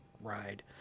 ride